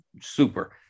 super